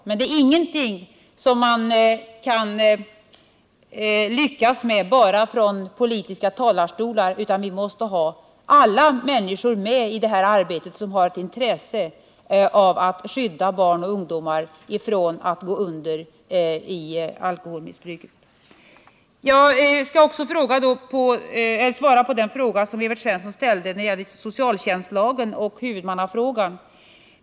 Detta är ingenting som man kan lyckas med bara från politiska talarstolar, utan i detta arbete måste vi ha med oss alla människor som har ett intresse av att skydda barn och ungdomar från att gå under i alkoholmissbruket. Jag skall också svara på den fråga som Evert Svensson ställde om socialtjänstlagen och huvudmannaskapet.